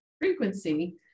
frequency